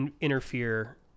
interfere